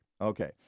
Okay